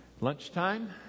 lunchtime